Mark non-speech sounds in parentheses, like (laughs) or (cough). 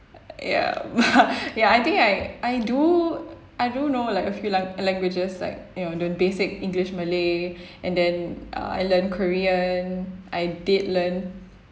ya (laughs) ya I think I I do I do know like a few lang~ languages like you know the basic english malay and then uh I learnt korean I did learn